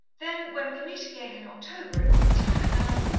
then, when we meet again in october, it will be time enough